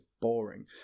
boring